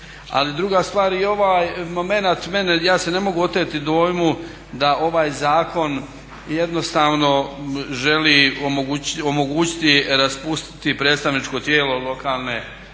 druga stvar, i ovaj momenat mene, ja se ne mogu oteti dojmu da ovaj zakon jednostavno želi omogućiti raspustiti predstavničko tijelo lokalne područne